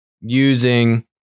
using